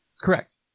Correct